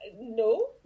No